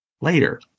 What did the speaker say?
later